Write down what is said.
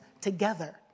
together